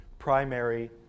primary